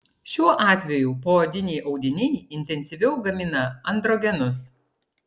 šiuo atveju poodiniai audiniai intensyviau gamina androgenus